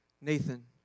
Nathan